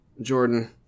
Jordan